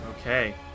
Okay